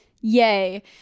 Yay